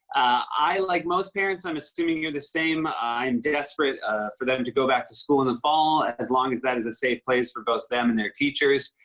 i, like most parents, i'm assuming you're the same. i'm desperate for them to go back to school in the fall, as long as that is a safe place for both them and their teachers.